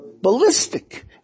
ballistic